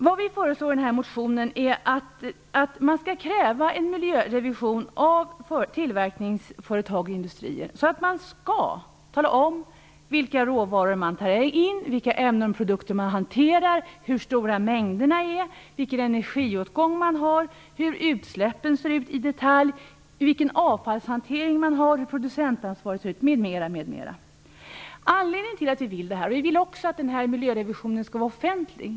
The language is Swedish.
Vad vi föreslår i den här motionen är att man skall kräva en miljörevision av tillverkningsföretag och industrier så att de skall tala om vilka råvaror de tar in, vilka ämnen och produkter de hanterar, hur stora mängderna är, vilken energiåtgång de har, hur utsläppen ser ut i detalj, vilken avfallshantering de har, hur producentansvaret ser ut m.m. Vi vill också att den här miljörevisionen skall vara offentlig.